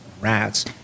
rats